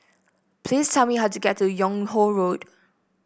please tell me how to get to Yung Ho Road